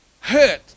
hurt